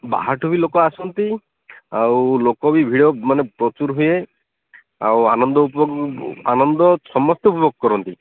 ବାହାରଠୁ ବି ଲୋକ ଆସନ୍ତି ଆଉ ଲୋକ ବି ଭିଡ଼ ମାନେ ପ୍ରଚୁର ହୁଏ ଆଉ ଆନନ୍ଦପୂର୍ବ ଆନନ୍ଦ ସମସ୍ତେ ଉପଭୋଗ କରନ୍ତି